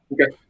Okay